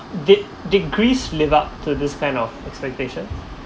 did did greece live up to this kind of expectation